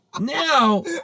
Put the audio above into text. Now